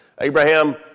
Abraham